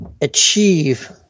achieve –